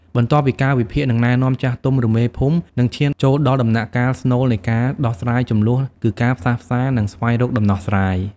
បន្ទាប់ពីការវិភាគ និងណែនាំ ចាស់ទុំ ឬមេភូមិ នឹងឈានចូលដល់ដំណាក់កាលស្នូលនៃការដោះស្រាយជម្លោះ គឺការផ្សះផ្សា និងស្វែងរកដំណោះស្រាយ។